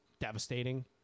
devastating